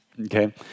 Okay